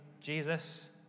Jesus